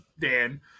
dan